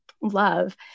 love